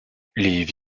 les